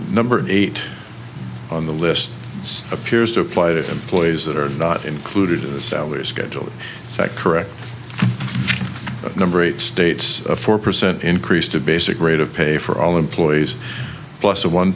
number eight on the list is appears to apply to employees that are not included in the salaries schedule is that correct number eight states a four percent increase to basic rate of pay for all employees plus a one